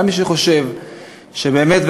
וגם מי שחושב שבאמת,